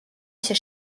się